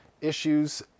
issues